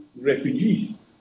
refugees